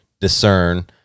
discern